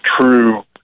true